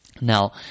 Now